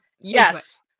Yes